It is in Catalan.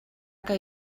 que